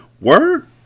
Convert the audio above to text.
Word